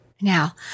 Now